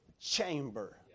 chamber